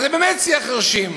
אז זה באמת שיח חירשים.